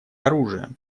оружием